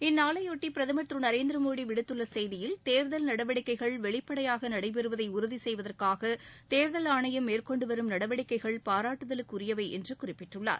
இந்நாளையொட்டி பிரதமர் திரு நரேந்திரமோடி விடுத்துள்ள செய்தியில் தேர்தல் நடவடிக்கைகள் வெளிப்படையாக நடைபெறுவதை உறுதி செய்வதற்காக தேர்தல் ஆணையம் மேற்கொண்டு வரும் நடவடிக்கைகள் பாராட்டுதலுக்குரியவை என்று குறிப்பிட்டுள்ளார்